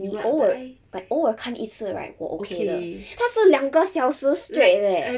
你偶尔 like 偶尔看一次 right 我 okay 的他是两个小时 straight leh